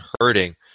hurting